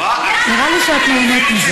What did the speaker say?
נראה לי שאת נהנית מזה.